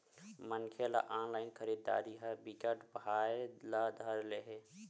मनखे ल ऑनलाइन खरीदरारी ह बिकट भाए ल धर ले हे